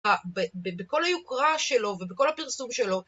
בכל היוקרה שלו ובכל הפרסום שלו